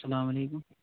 السَلامُ علیکُم